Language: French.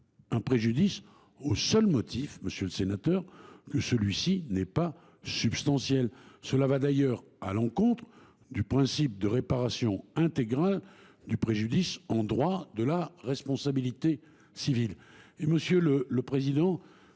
un préjudice au seul motif que celui ci n’est pas substantiel. Cela va d’ailleurs à l’encontre du principe de réparation intégrale du préjudice en droit de la responsabilité civile.